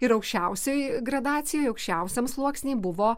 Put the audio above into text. ir aukščiausioj gradacijoj aukščiausiam sluoksny buvo